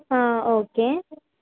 okay